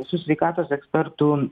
su sveikatos ekspertų